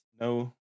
No